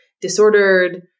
disordered